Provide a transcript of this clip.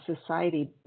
society